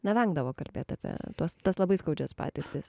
na vengdavo kalbėt apie tuos tas labai skaudžias patirtis